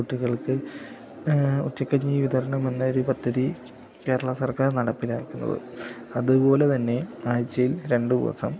കുട്ടികൾക്ക് ഉച്ചക്കഞ്ഞി വിതരണം എന്നൊരു പദ്ധതി കേരള സർക്കാർ നടപ്പിലാക്കുന്നത് അത്പോലെ തന്നെ ആഴ്ച്ചയിൽ രണ്ട് ദിവസം